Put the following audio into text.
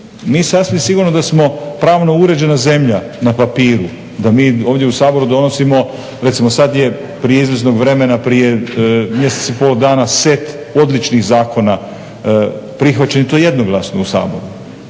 Mi sasvim sigurno da smo pravno uređena zemlja na papiru, da mi ovdje u Saboru donosimo recimo sad je prije izvjesnog vremena prije mjesec i pol dana set odličnih zakona prihvaćen i to jednoglasno u Saboru.